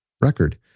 record